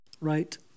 right